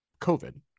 COVID